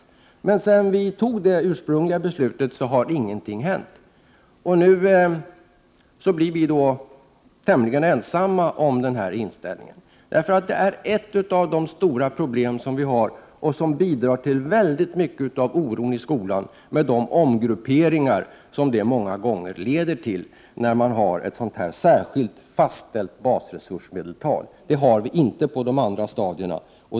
Efter det att vi fattade det ursprungliga beslutet har Prot. 1988/89:120 dock inget hänt. Nu är vi tämligen ensamma om den här inställningen. De 24maj 1989 omgrupperingar som ett särskilt fastställt basresursmedeltal leder till är ett av de stora problem vi har och bidrar till mycket av oron i skolan. Det har vi inte på de andra stadierna.